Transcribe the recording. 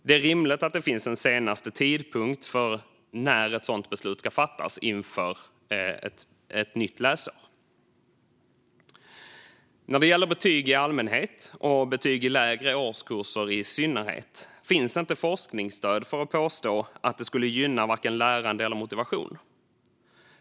Det är rimligt att det finns en senaste tidpunkt för när ett sådant beslut ska fattas inför ett nytt läsår. När det gäller betyg i allmänhet och betyg i lägre årskurser i synnerhet finns inte forskningsstöd för att påstå att det skulle gynna vare sig lärande eller motivation.